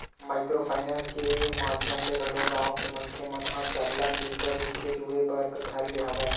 micro finance के माधियम ले घलो गाँव के मनखे मन ह सरलग डिजिटल रुप ले जुड़े बर धर ले हवय